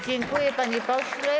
Dziękuję, panie pośle.